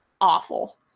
awful